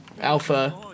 alpha